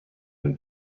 and